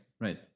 right